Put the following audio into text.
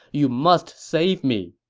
you must save me!